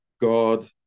God